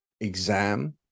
exam